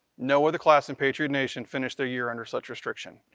no other class in patriot nation finished their year under such restriction.